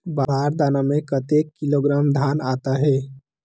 बार दाना में कतेक किलोग्राम धान आता हे?